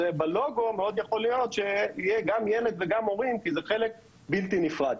ובלוגו מאוד יכול להיות שיהיה גם ילד וגם הורים כי זה חלק בלתי נפרד.